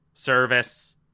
service